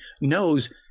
knows